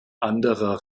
anderer